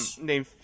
named